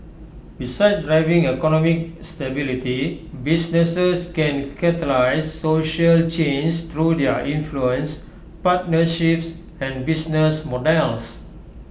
besides driving economic stability businesses can catalyse social change through their influence partnerships and business models